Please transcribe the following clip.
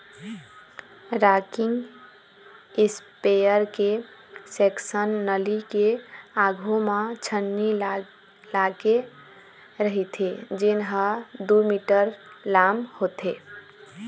rocking इस्पेयर के section नली के आघू म छन्नी लागे रहिथे जेन ह दू मीटर लाम होथे